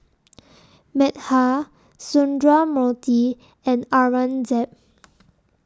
Medha Sundramoorthy and Aurangzeb